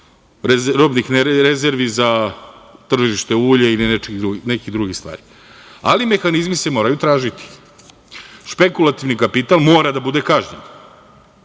robnih rezervi za tržište ulja ili nekih drugih stvari, ali mehanizmi se moraju tražiti. Špekulativni kapital mora da bude kažnjen.